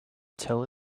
till